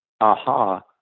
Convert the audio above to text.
Aha